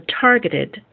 targeted